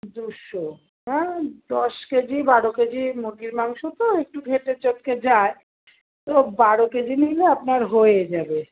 দুশো হ্যাঁ দশ কেজি বারো কেজি মুরগির মাংস তো একটু ঘেঁটে চটকে যায় তো বারো কেজি নিলে আপনার হয়ে যাবে